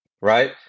right